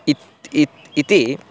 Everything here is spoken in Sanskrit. इति इति इति